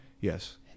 yes